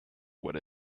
what